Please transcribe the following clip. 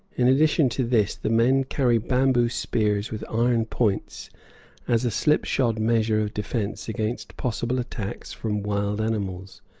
in addition to this, the men carry bamboo spears with iron points as a slipshod measure of defence against possible attacks from wild animals.